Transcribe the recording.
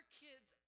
kids